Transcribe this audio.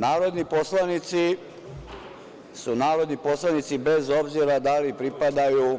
Narodni poslanici su narodni poslanici bez obzira da li pripadaju